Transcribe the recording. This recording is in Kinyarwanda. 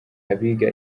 abiga